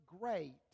great